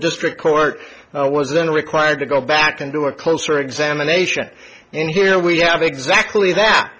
district court was then required to go back and do a closer examination and here we have exactly that